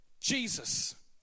jesus